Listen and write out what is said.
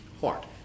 heart